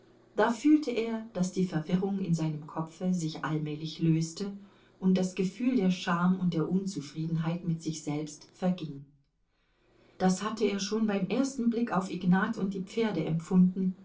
da fühlte er daß die verwirrung in seinem kopfe sich allmählich löste und das gefühl der scham und der unzufriedenheit mit sich selbst verging das hatte er schon beim ersten blick auf ignat und die pferde empfunden